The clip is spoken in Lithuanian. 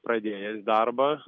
pradėjęs darbą